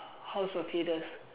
house of Hades